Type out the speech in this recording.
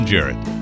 Jarrett